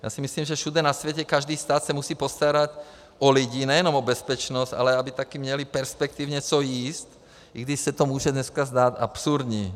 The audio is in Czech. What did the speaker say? Já si myslím, že všude na světě každý stát se musí postarat o lidi, nejenom o bezpečnost, ale aby také měli perspektivně co jíst, i když se to může dneska zdát absurdní.